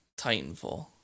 Titanfall